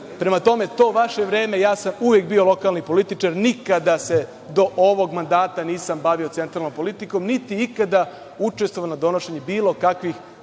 prema tome, to vaše vreme, ja sam uvek bio lokalni političar. Nikada se do ovog mandata nisam bavio centralnom politikom, niti ikada učestvavao u donošenju bilo kakvih